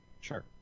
Sure